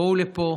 בואו לפה.